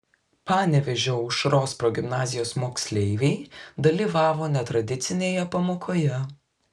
panevėžio aušros progimnazijos moksleiviai dalyvavo netradicinėje pamokoje